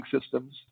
systems